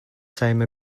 same